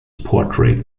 portrayed